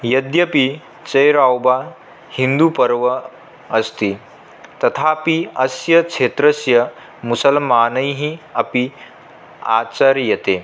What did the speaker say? यद्यपि सेरौबा हिन्दुपर्वम् अस्ति तथापि अस्य क्षेत्रस्य मुसल्मानैः अपि आचर्यते